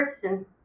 Christian